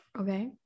Okay